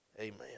Amen